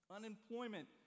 Unemployment